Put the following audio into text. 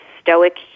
stoic